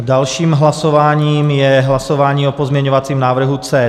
Dalším hlasováním je hlasování o pozměňovacím návrhu C2.